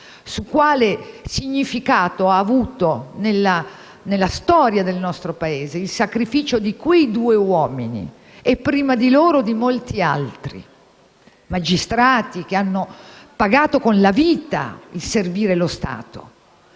sul significato che ha avuto nella storia del nostro Paese il sacrificio di quei due uomini e prima di loro di molti altri: magistrati che hanno pagato con la vita servire lo Stato,